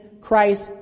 Christ